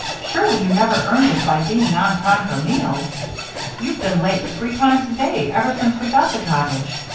surely you never earned it by being on time for meals you've been late three times a day ever since we got the cottage.